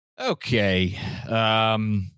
Okay